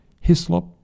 Hislop